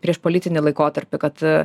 prieš politinį laikotarpį kad